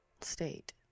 state